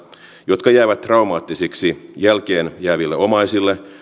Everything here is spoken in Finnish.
jotka jäävät traumaattisiksi jälkeen jääville omaisille